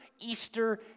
Easter